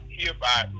hereby